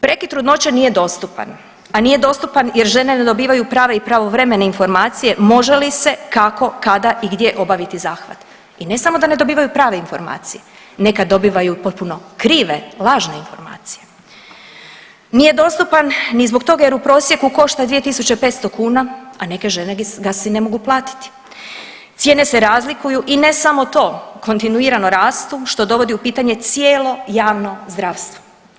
Prekid trudnoće nije dostupan, a nije dostupan jer žene ne dobivaju prave i pravovremene informacije može li se, kako, kada i gdje obaviti zahvat i ne samo da ne dobivaju prave informacije, nekad dobivaju potpuno krive lažne informacije, nije dostupan ni zbog toga jer u prosjeku košta 2.500 kuna, a neke žene ga si ne mogu platiti, cijene se razlikuju i ne samo to, kontinuirano rastu, što dovodi u pitanje cijelo javno zdravstvo.